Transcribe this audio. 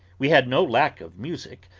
we had no lack of music,